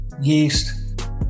yeast